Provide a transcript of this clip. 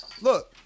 look